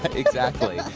but exactly.